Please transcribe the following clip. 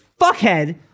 fuckhead